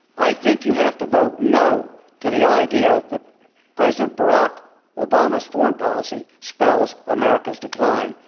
i think you have to vote no to the idea that president barack obama's foreign policy spells america's decline.